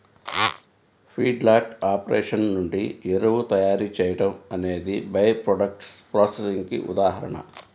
feedlot operation నుండి ఎరువు తయారీ చేయడం అనేది బై ప్రాడక్ట్స్ ప్రాసెసింగ్ కి ఉదాహరణ